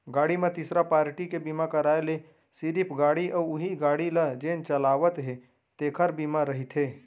गाड़ी म तीसरा पारटी के बीमा कराय ले सिरिफ गाड़ी अउ उहीं गाड़ी ल जेन चलावत हे तेखर बीमा रहिथे